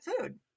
food